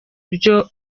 ibyo